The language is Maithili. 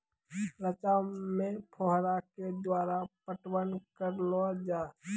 रचा मे फोहारा के द्वारा पटवन करऽ लो जाय?